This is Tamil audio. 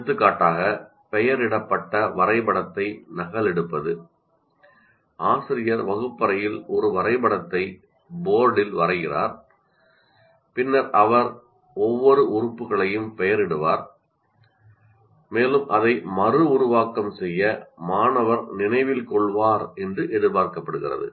எடுத்துக்காட்டாக பெயரிடப்பட்ட வரைபடத்தை நகலெடுப்பது ஆசிரியர் வகுப்பறையில் ஒரு வரைபடத்தை போர்டில் வரைகிறார் பின்னர் அவர் ஒவ்வொரு உறுப்புகளையும் லேபிளிடுவார் மேலும் அதை மறு உருவாக்கம் செய்வதை மாணவர் நினைவில் கொள்வார் என்று எதிர்பார்க்கப்படுகிறது